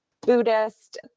Buddhist